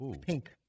Pink